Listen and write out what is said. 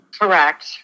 correct